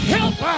Help